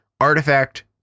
artifact